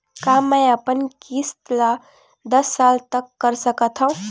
का मैं अपन किस्त ला दस साल तक कर सकत हव?